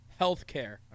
healthcare